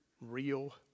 real